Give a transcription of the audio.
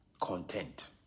content